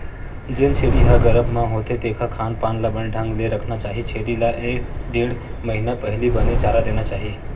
जेन छेरी ह गरभ म होथे तेखर खान पान ल बने ढंग ले रखना चाही छेरी ल एक ढ़ेड़ महिना पहिली बने चारा देना चाही